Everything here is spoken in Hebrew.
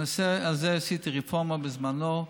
על הנושא הזה עשיתי רפורמה בזמנו.